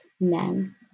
men